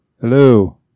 Hello